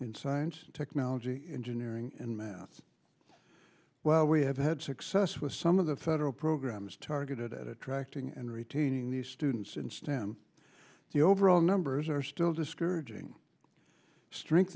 in science technology engineering and math well we have had success with some of the federal programs targeted at attracting and retaining the students in stem the overall numbers are still discouraging strength